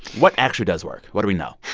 what actually does work? what do we know?